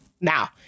now